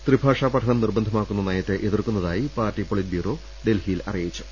ത്രിഭാഷാ പഠനം നിർബന്ധമാക്കുന്ന നയത്തെ എതിർക്കുന്നതായി പാർട്ടി പൊളിറ്റ് ബ്യൂറോ ഡൽഹിയിൽ അറിയിച്ചു